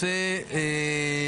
אני רוצה להציג את הדיון.